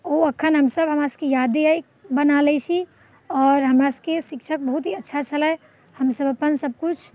ओ एखन हमसब हमरासबके यादे अइ बना लै छी आओर हमरासबके शिक्षक बहुत ही अच्छा छलै हमसब अपन सबकिछु